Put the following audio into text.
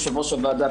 יושב-ראש הוועדה,